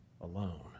alone